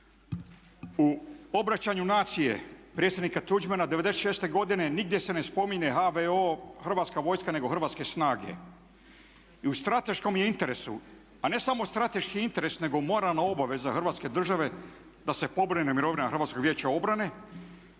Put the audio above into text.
U obraćanju naciji predsjednika Tuđmana 96.godine nigdje se ne spominje HVO, Hrvatska vojska nego Hrvatske snage. I u strateškom je interesu a ne samo strateški interes nego moralna obaveza hrvatske države da se pobrine za mirovine Hrvatskoj vijeća obrane